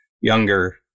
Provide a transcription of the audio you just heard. younger